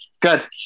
good